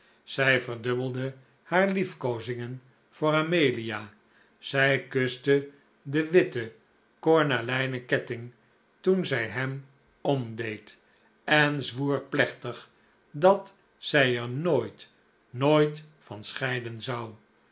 zij verdubbelde haar lief koozingen voor amelia zij kuste den witten cornalijnen ketting toen zij hem omdeed en zwoer plechtig dat zij er nooit nooit van scheiden zou